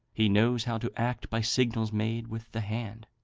he knows how to act by signals made with the hand.